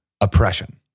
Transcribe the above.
oppression